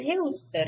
हे उत्तर आहे